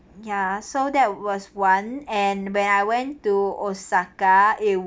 ya so that was one and when I went to osaka it